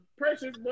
precious